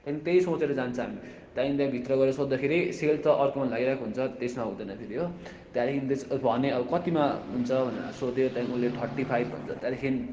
त्यहाँदेखि त्यही सोचेर जान्छ हामी त्यहाँदेखि त्यहाँ भित्र गएर सोध्दाखेरि सेल त अर्कोमा लागिरहेको हुन्छ त्यसमा हुँदैन फेरि हो त्यहाँदेखि तेस भने कतिमा हुन्छ भनेर सोध्यो त्यहाँदेखि उसले थर्टी फाइभ भन्छ त्यहाँदेखि